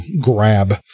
grab